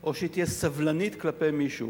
או שתהיה סובלנית כלפי מישהו.